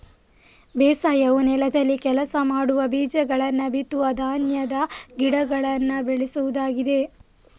ಬೇಸಾಯವು ನೆಲದಲ್ಲಿ ಕೆಲಸ ಮಾಡುವ, ಬೀಜಗಳನ್ನ ಬಿತ್ತುವ ಧಾನ್ಯದ ಗಿಡಗಳನ್ನ ಬೆಳೆಸುವುದಾಗಿದೆ